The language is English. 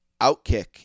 OutKick